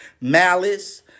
malice